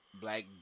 black